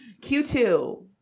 Q2